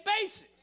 basis